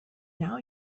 now